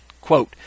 Quote